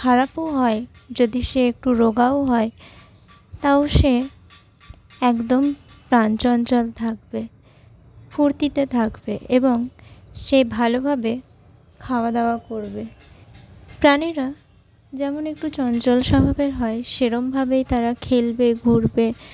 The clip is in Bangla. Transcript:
খারাপও হয় যদি সে একটু রোগাও হয় তাও সে একদম প্রাণ চঞ্চল থাকবে ফুর্তিতে থাকবে এবং সে ভালোভাবে খাওয়াদাওয়া করবে প্রাণীরা যেমন একটু চঞ্চল স্বভাবের হয় সেরমভাবেই তারা খেলবে ঘুরবে